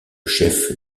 chef